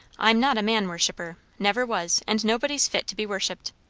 i'm not a man-worshipper never was and nobody's fit to be worshipped.